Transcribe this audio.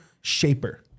shaper